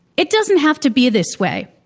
it doesn't have to be this way.